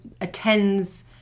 attends